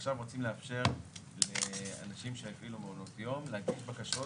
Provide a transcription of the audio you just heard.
עכשיו לאפשר לאנשים שיפעילו מעונות יום להגיש בקשות